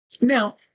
Now